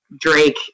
Drake